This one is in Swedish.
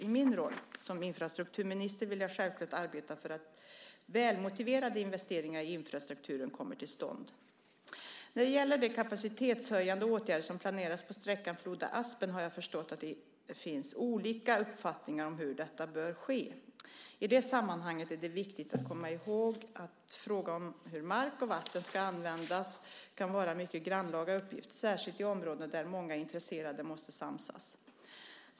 I min roll som infrastrukturminister vill jag självklart arbeta för att välmotiverade investeringar i infrastrukturen kommer till stånd. När det gäller de kapacitetshöjande åtgärder som planeras på sträckan Floda-Aspen har jag förstått att det finns olika uppfattningar om hur dessa bör ske. I det sammanhanget är det viktigt att komma ihåg att frågan om hur mark och vatten ska användas kan vara mycket grannlaga, särskilt i områden där många olika intressen måste samsas.